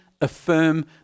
affirm